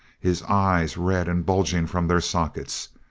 his eyes red and bulging from their sockets.